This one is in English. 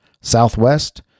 Southwest